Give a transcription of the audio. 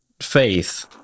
Faith